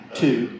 two